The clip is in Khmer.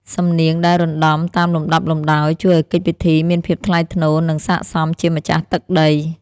សំនៀងដែលរណ្ដំតាមលំដាប់លំដោយ ជួយឱ្យកិច្ចពិធីមានភាពថ្លៃថ្នូរ និងសក្ដិសមជាម្ចាស់ទឹកដី។